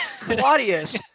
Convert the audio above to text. Claudius